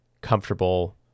comfortable